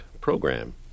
program